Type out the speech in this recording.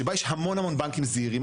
שבה יש המון בנקים זעירים,